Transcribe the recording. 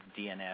DNS